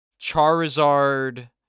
Charizard